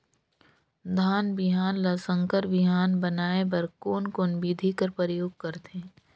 धान बिहान ल संकर बिहान बनाय बर कोन कोन बिधी कर प्रयोग करथे?